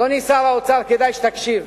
אדוני שר האוצר, כדאי שתקשיב.